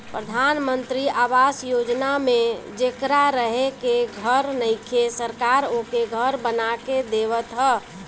प्रधान मंत्री आवास योजना में जेकरा रहे के घर नइखे सरकार ओके घर बना के देवत ह